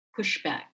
pushback